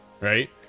right